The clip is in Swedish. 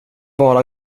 bara